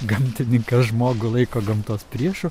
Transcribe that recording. gamtininkas žmogų laiko gamtos priešu